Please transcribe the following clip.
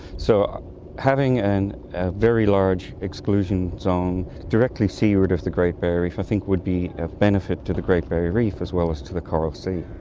so having and a very large exclusion zone directly seaward of the great barrier reef i think would be of benefit to the great barrier reef as well as to the coral sea.